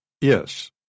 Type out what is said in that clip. Yes